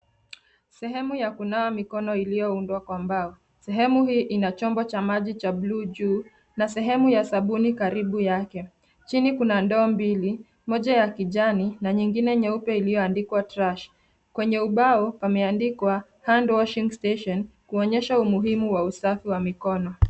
Sehemu ya kunawa mikono iliyoundwa kwa mbao. Sehemu hii ina chombo cha maji cha bluu juu na sehemu ya sabuni karibu yake. Chini kuna ndoo mbili moja ya kijani na nyingine nyeupe iliyoandikwa, trash. Kwenye ubao pameandikwa, hand washing station, kuonyesha umuhimu wa usafi wa mikono.